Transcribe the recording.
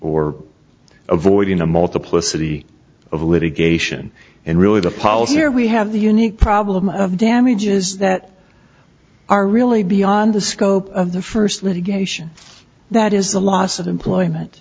or avoiding a multiplicity of litigation and really the policy where we have the unique problem of damages that are really beyond the scope of the first litigation that is the loss of employment